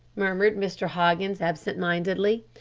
murmured mr. hoggins absent-mindedly.